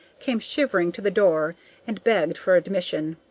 came shivering to the door and begged for admission.